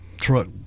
truck